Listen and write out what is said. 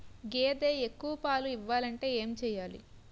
గేదె ఎక్కువ పాలు ఇవ్వాలంటే ఏంటి చెయాలి?